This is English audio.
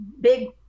big